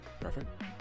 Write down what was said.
perfect